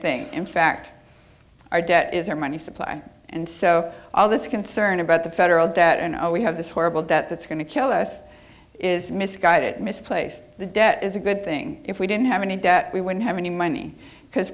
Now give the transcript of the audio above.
thing in fact our debt is our money supply and so all this concern about the federal debt and we have this horrible debt that's going to kill us is misguided misplaced the debt is a good thing if we didn't have any debt we wouldn't have any money because